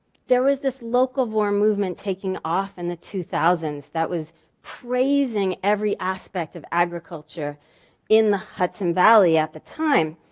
there was this locavore movement taking off in the two thousand s that was praising every aspect of agriculture in the hudson valley at the time.